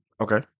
Okay